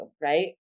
right